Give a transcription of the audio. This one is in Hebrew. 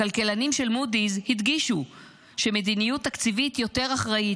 הכלכלנים של מודי'ס הדגישו שמדיניות תקציבית יותר אחראית,